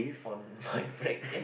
on my break yes